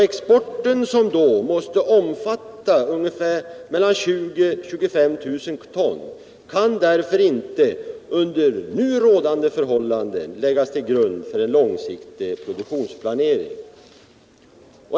Exporten, som då måste omfatta 20 000-25 000 ton, kan därför inte under nu rådande förhållanden läggas till grund för en långsiktig produktionsplanering.